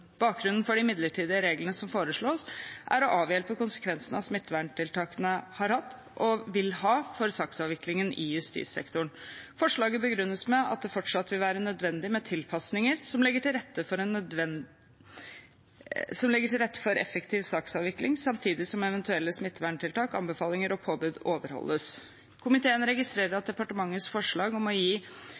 Bakgrunnen for de midlertidige reglene som foreslås, er å avhjelpe konsekvensene smitteverntiltakene har hatt og vil ha for saksavviklingen i justissektoren. Forslaget begrunnes med at det fortsatt vil være nødvendig med tilpasninger som legger til rette for effektiv saksavvikling, samtidig som eventuelle smitteverntiltak, anbefalinger og påbud overholdes. Komiteen registrerer at departementets forslag om å